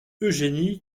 eugénie